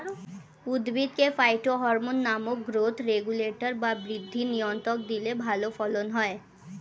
উদ্ভিদকে ফাইটোহরমোন নামক growth regulator বা বৃদ্ধি নিয়ন্ত্রক দিলে ভালো ফলন হয়